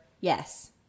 Yes